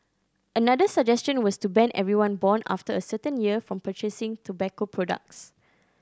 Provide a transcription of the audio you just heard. another suggestion was to ban everyone born after a certain year from purchasing tobacco products